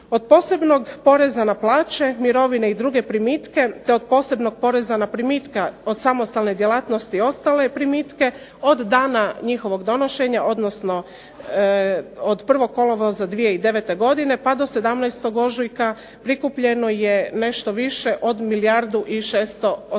Od posebnog poreza na plaće, mirovine i druge primitke, te od posebnog poreza na primitke od samostalne djelatnosti i ostale primitke od dana njihovog donošenja odnosno od 1. kolovoza 2009. godine pa do 17. ožujka prikupljeno je nešto više od milijardu